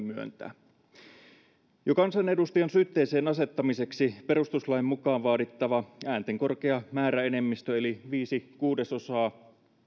myöntää jo kansanedustajan syytteeseen asettamiseksi perustuslain mukaan vaadittava äänten korkea määräenemmistö eli viisi kuudesosaa